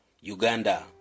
Uganda